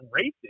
racist